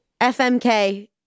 fmk